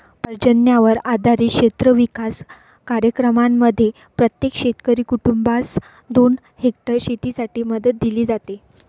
पर्जन्यावर आधारित क्षेत्र विकास कार्यक्रमांमध्ये प्रत्येक शेतकरी कुटुंबास दोन हेक्टर शेतीसाठी मदत दिली जाते